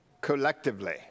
collectively